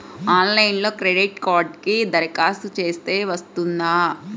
ఆన్లైన్లో క్రెడిట్ కార్డ్కి దరఖాస్తు చేస్తే వస్తుందా?